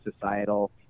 societal